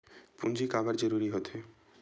पूंजी का बार जरूरी हो थे?